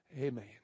Amen